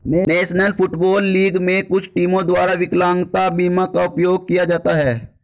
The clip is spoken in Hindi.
नेशनल फुटबॉल लीग में कुछ टीमों द्वारा विकलांगता बीमा का उपयोग किया जाता है